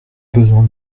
besoin